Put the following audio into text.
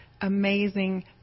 amazing